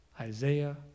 Isaiah